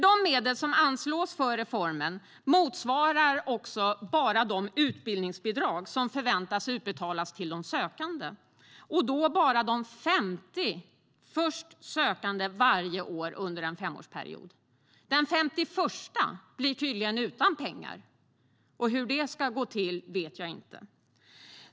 De medel som anslås för reformen motsvarar bara de utbildningsbidrag som förväntas utbetalas till de sökande. Det gäller då bara de 50 först sökande varje år under en femårsperiod. Den 51:a blir tydligen utan pengar. Hur det ska gå till vet jag inte.